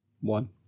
One